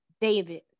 David